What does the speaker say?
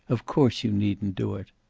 of course you needn't do it.